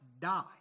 die